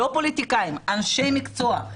לא פוליטיקאים אלא אנשי מקצוע,